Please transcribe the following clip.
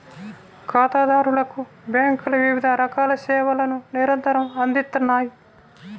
ఖాతాదారులకు బ్యేంకులు వివిధ రకాల సేవలను నిరంతరం అందిత్తన్నాయి